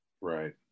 Right